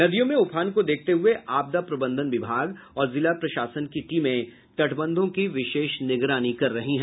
नदियों में उफान को देखते हुये आपदा प्रबंधन विभाग और जिला प्रशासन की टीमें तटबंधों की विशेष निगरानी कर रही है